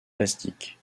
plastiques